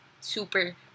Super